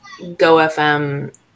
GoFM